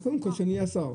קודם כול שאהיה שר.